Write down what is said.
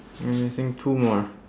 we're missing two more